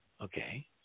okay